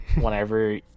whenever